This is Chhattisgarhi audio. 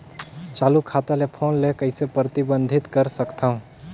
चालू खाता ले फोन ले कइसे प्रतिबंधित कर सकथव?